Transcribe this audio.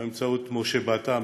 באמצעות משה באטה,